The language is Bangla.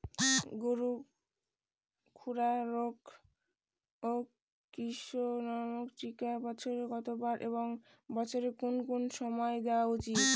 গরুর খুরা রোগ ও কৃমিনাশক টিকা বছরে কতবার এবং বছরের কোন কোন সময় দেওয়া উচিৎ?